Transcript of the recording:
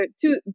Two